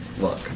look